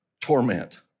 torment